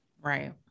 right